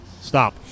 stop